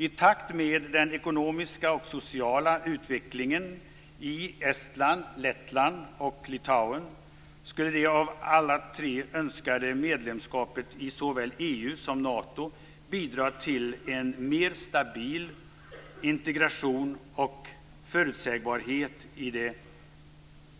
I takt med den ekonomiska och sociala utvecklingen i Estland, Lettland och Litauen skulle det av alla tre önskade medlemskapet i såväl EU som Nato bidra till en mer stabil integration och till förutsägbarhet i det